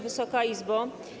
Wysoka Izbo!